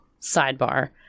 Sidebar